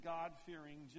God-fearing